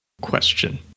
Question